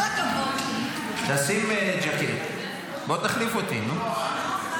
שים ז'קט, בוא תחליף אותי, נו.